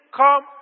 come